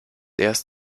erst